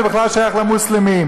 זה בכלל שייך למוסלמים.